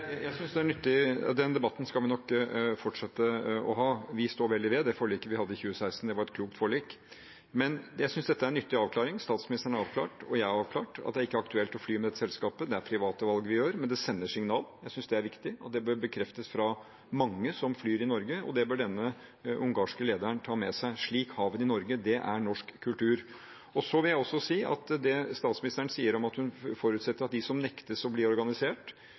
veldig ved det forliket vi hadde i 2016. Det var et klokt forlik. Men jeg synes dette var en nyttig avklaring. Statsministeren har avklart, og jeg har avklart, at det ikke er aktuelt å fly med dette selskapet. Det er private valg vi gjør, men det sender et signal. Jeg synes det er viktig. Det bør bekreftes fra mange som flyr i Norge, og det bør denne ungarske lederen ta med seg: Slik har vi det i Norge. Det er norsk kultur. Jeg vil også si at det statsministeren sier om at hvis noen nektes å bli organisert, er det et brudd på norsk lov. Det er også et klart signal til dem som har tilsynsansvar, de som